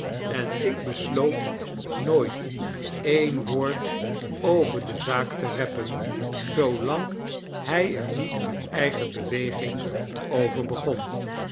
en ik beslootnooit kwade vooknemens een woord over de zaak te reppen zoolanghg er niet uit eigen beweging over begon